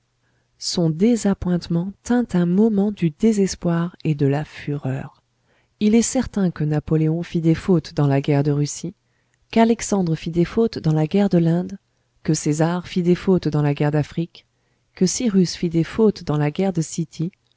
son désappointement tint un moment du désespoir et de la fureur il est certain que napoléon fit des fautes dans la guerre de russie qu'alexandre fit des fautes dans la guerre de l'inde que césar fit des fautes dans la guerre d'afrique que cyrus fit des fautes dans la guerre de